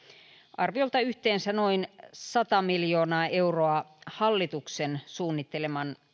arviolta yhteensä noin sata miljoonaa euroa hallituksen suunnitteleman